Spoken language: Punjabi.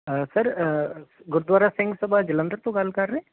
ਹਾਂ ਸਰ ਗੁਰਦੁਆਰਾ ਸਿੰਘ ਸਭਾ ਜਲੰਧਰ ਤੋਂ ਗੱਲ ਕਰ ਰਹੇ